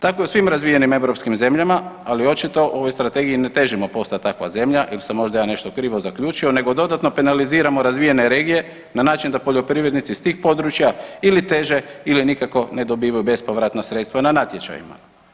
Tako je u svim razvijenim europskim zemljama, ali očito u ovoj Strategiji ne težimo postati takva zemlja ili sam možda ja nešto krivo zaključio nego dodatno penaliziramo razvijene regije na način da poljoprivrednici s tih područja ili teže ili nikako ne dobivaju bespovratna sredstva na natječajima.